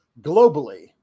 globally